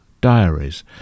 diaries